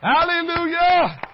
Hallelujah